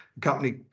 company